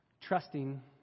trusting